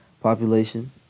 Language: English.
population